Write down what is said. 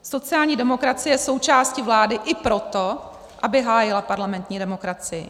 Sociální demokracie je součástí vlády i proto, aby hájila parlamentní demokracii.